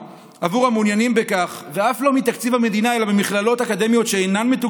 וכמעט חצי מהם בכלל לא זכאים לדמי אבטלה,